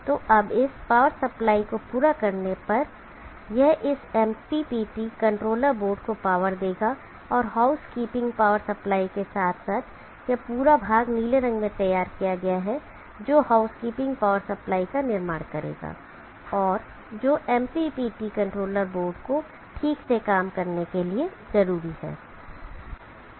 तो अब इस पावर सप्लाई को पूरा करने पर यह इस MPPT कंट्रोलर बोर्ड को पावर देगा और हाउसकीपिंग पावर सप्लाई के साथ साथ यह पूरा भाग नीले रंग में तैयार किया गया है जो हाउसकीपिंग पावर सप्लाई का निर्माण करेगा और जो MPPT कंट्रोलर बोर्ड को ठीक से काम करने के लिए जरूरी है